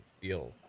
feel